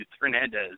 Fernandez